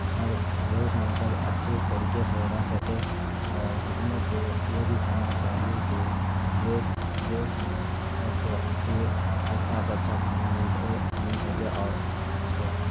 سب دیش میں سب اچھے طریقے سے رہ سکیں اور حکومت کو یہ بھی کرنا چاہیے کہ دیش دیش میں سب کو اچھی اچھا سے اچھا کھانا مل مل سکے اور اس کو